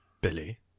Billy